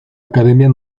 academia